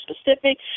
specific